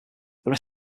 there